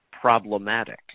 problematic